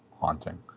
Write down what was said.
haunting